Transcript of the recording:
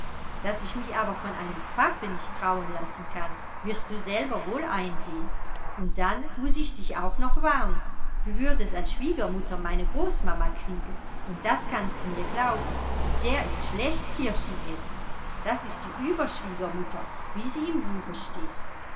daß ich mich aber von einem pfaffen nicht trauen lassen kann wirst du selber wohl einsehen und dann muß ich dich auch noch warnen du würdest als schwiegermutter meine großmama kriegen und das kannst du mir glauben mit der ist schlecht kirschen essen das ist die überschwiegermutter wie sie im buche steht